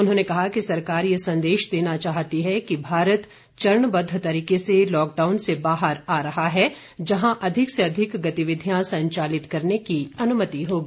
उन्होंने कहा कि सरकार यह संदेश देना चाहती है कि भारत चरणबद्व तरीके से लॉकडाउन से बाहर आ रहा है जहां अधिक से अधिक गतिविधियां संचालित करने की अनुमति होगी